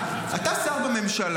אבל אני הדובר של הממשלה?